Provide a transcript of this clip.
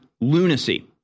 lunacy